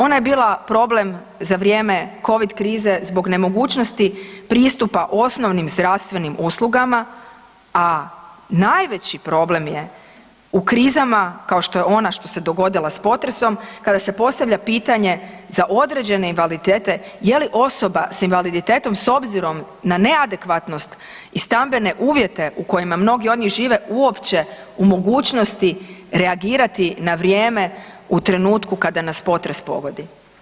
Ona je bila problem za vrijeme Covid krize zbog nemogućnosti pristupa osnovnim zdravstvenim uslugama, a najveći problem je u krizama kao što je ona što se dogodila s potresom kada se postavlja pitanje za određene invaliditete je li osoba s invaliditetom s obzirom na neadekvatnost i stambene uvjete u kojima mnogi od njih žive uopće u mogućnosti reagirati na vrijeme u trenutku kada nas potres pogodi.